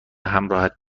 همراهت